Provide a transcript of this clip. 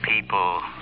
people